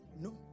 No